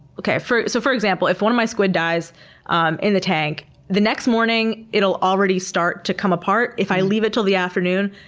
for so for example, if one of my squid dies um in the tank, the next morning it'll already start to come apart. if i leave it til the afternoon,